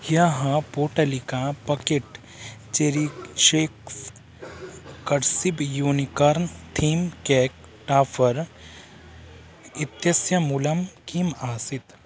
ह्यः पोटलिका पोकेट् चेरिशेक्स् कड्सिब् यूनिकर्न् थीं केक् टाफ़र् इत्यस्य मूलं किम् आसीत्